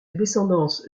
descendance